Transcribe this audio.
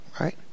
Right